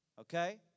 Okay